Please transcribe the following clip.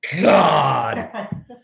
God